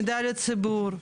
מידע לציבור,